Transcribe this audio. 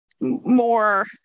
more